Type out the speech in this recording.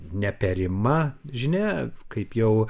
neperima žinia kaip jau